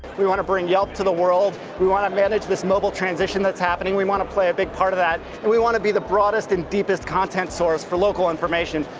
we want to bring yelp to the world. we want to manage this mobile transition that's happening. we want to play a big part of that. and we want to be the broadest and deepest content's source for local information.